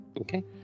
Okay